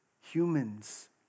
Humans